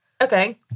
Okay